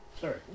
Sorry